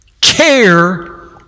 care